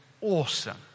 awesome